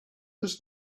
does